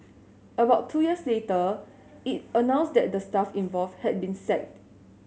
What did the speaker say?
about two years later it announced that the staff involved had been sacked